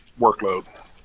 workload